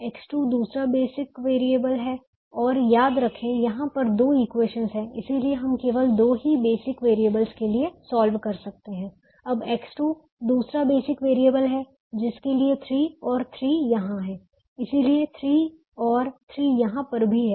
X2 दूसरा basic variable है और याद रखें यहां पर दो इक्वेशंस है इसीलिए हम केवल दो ही बेसिक वैरियेबल्स के लिए सॉल्व कर सकते हैं अब X2 दूसरा बेसिक वेरिएबल है जिसके लिए 3 और 3 यहां है इसीलिए 3 और 3 यहां पर भी है